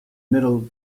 middle